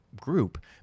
group